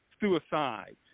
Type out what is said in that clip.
suicide